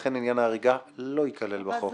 ולכן עניין ההריגה לא ייכלל בחוק.